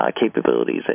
capabilities